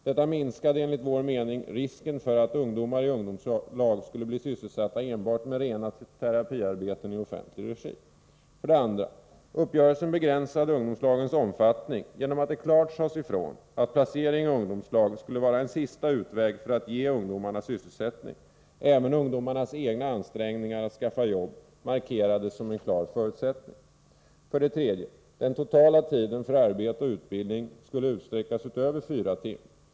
Detta minskade enligt vår mening risken för att ungdomar i ungdomslag skulle bli sysselsatta enbart med rena terapiarbeten i offentlig regi. För det andra: Uppgörelsen begränsar ungdomslagens omfattning genom att det klart sades ifrån att placering i ungdomslag skulle vara en sista utväg för att ge ungdomarna sysselsättning. Även ungdomarnas egna ansträngningar att skaffa jobb markerades som en klar förutsättning. För det tredje: Den totala tiden för arbete och utbildning skulle utsträckas utöver fyra timmar.